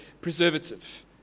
preservative